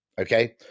Okay